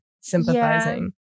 sympathizing